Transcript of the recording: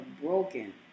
broken